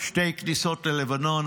שתי כניסות ללבנון,